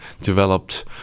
developed